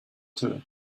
too